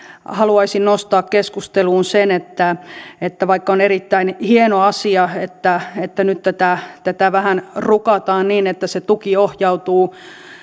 haluaisin nostaa keskusteluun sen että että vaikka on erittäin hieno asia että että nyt tätä tätä vähän rukataan niin että se tuki ohjautuu